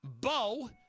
Bo